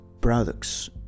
products